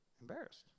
embarrassed